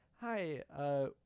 Hi